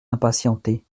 impatienté